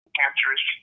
cancerous